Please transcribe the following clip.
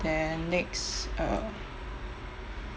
then next uh